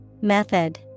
Method